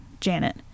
janet